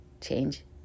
change